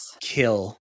kill